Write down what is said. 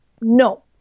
No